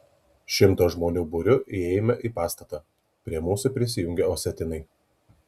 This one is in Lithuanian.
šimto žmonių būriu įėjime į pastatą prie mūsų prisijungė osetinai